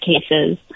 cases